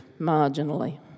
marginally